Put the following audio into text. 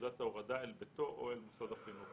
מנקודת ההורדה אל ביתו או אל מוסד החינוך.